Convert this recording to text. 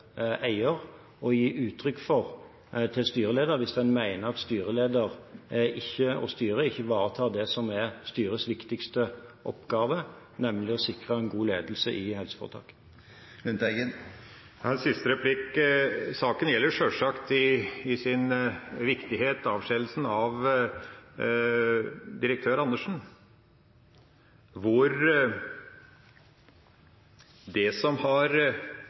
eier fra å gi uttrykk for det til styreleder, hvis en mener at styreleder og styret ikke ivaretar det som er styrets viktigste oppgave, nemlig å sikre en god ledelse i helseforetaket. En siste replikk. Saken gjelder sjølsagt i sin viktighet avskjedigelsen av direktør Andersen, hvor det som